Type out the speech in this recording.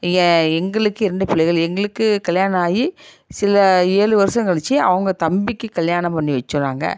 எ எங்களுக்கு இரண்டு பிள்ளைகள் எங்களுக்கு கல்யாணம் ஆகி சில ஏழு வருஷம் கழிச்சி அவங்க தம்பிக்கு கல்யாணம் பண்ணி வைச்சோம் நாங்கள்